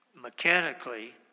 mechanically